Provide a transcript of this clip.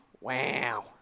Wow